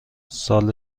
سال